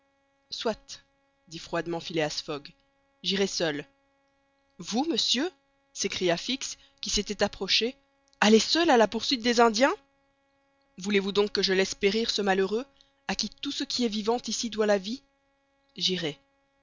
soit dit froidement phileas fogg j'irai seul vous monsieur s'écria fix qui s'était approché aller seul à la poursuite des indiens voulez-vous donc que je laisse périr ce malheureux à qui tout ce qui est vivant ici doit la vie j'irai